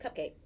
Cupcake